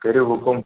کٔرِو حکم